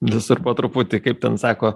visur po truputį kaip ten sako